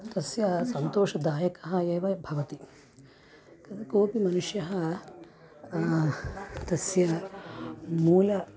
तस्य सन्तोषदायकम् एव भवति क कोपि मनुष्यः तस्य मूलं